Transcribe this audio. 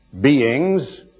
beings